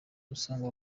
ubusanzwe